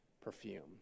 perfume